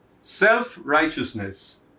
Self-righteousness